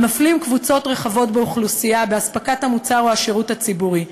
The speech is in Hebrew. המפלים קבוצות רחבות באוכלוסייה באספקת המוצר או השירות הציבורי,